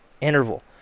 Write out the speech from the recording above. interval